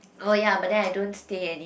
oh ya but then I don't stay any